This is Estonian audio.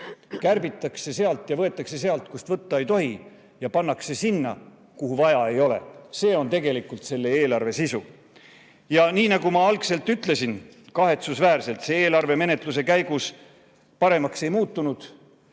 Kärbitakse sealt ja võetakse sealt, kust võtta ei tohi, ja pannakse sinna, kuhu vaja ei ole. See on tegelikult selle eelarve sisu. Nii nagu ma algselt ütlesin, siis kahetsusväärselt see eelarve menetluse käigus paremaks ei muutunud.